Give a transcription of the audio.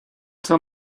tell